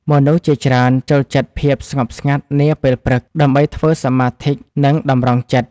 មនុស្សជាច្រើនចូលចិត្តភាពស្ងប់ស្ងាត់នាពេលព្រឹក ដើម្បីធ្វើសមាធិ និងតម្រង់ចិត្ត។